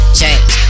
change